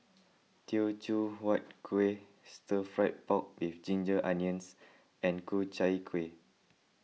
Teochew Huat Kuih Stir Fried Pork with Ginger Onions and Ku Chai Kuih